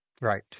right